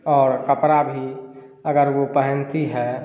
और कपड़ा भी अगर वह पहनती है